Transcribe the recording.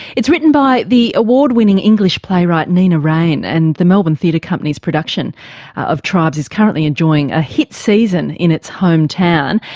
it's written by the award-winning english playwright nina raine, and the melbourne theatre company's production of tribes is currently enjoying a hit season in its home town.